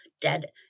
dead